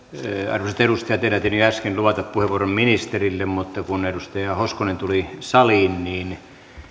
arvoisat edustajat ennätin jo äsken luvata puheenvuoron ministerille mutta kun edustaja hoskonen tuli saliin niin